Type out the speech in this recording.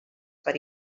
per